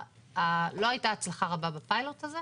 לא הייתה הצלחה רבה בפיילוט הזה.